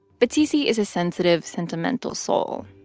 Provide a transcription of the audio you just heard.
but cc is a sensitive, sentimental soul.